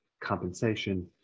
compensation